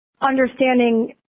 understanding